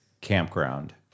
campground